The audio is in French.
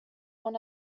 mon